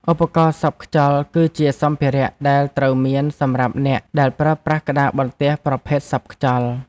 ឧបករណ៍សប់ខ្យល់ គឺជាសម្ភារៈដែលត្រូវមានសម្រាប់អ្នកដែលប្រើប្រាស់ក្តារបន្ទះប្រភេទសប់ខ្យល់។